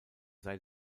sei